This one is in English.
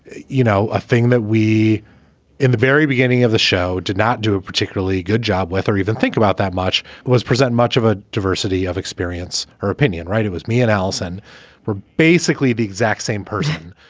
you know, a thing that we in the very beginning of the show did not do a particularly good job with or even think about that much was present, much of a diversity of experience. her opinion, right. it was me and alison were basically the exact same person.